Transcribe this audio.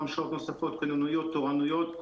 פעם שעות נוספות, כוננויות, תורנויות,